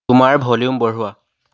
তোমাৰ ভলিউম বঢ়োৱা